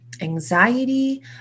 anxiety